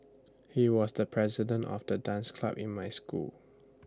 he was the president of the dance club in my school